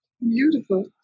Beautiful